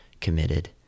committed